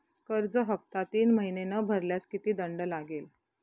कर्ज हफ्ता तीन महिने न भरल्यास किती दंड लागेल?